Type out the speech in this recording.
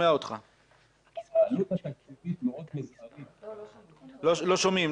העלות התקציבית מאוד מזערית --- לא שומעים,